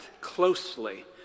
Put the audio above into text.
closely